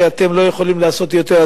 שאתם לא יכולים לעשות יותר,